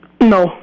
No